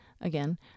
again